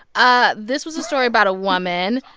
ah this was a story about a woman.